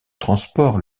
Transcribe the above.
transport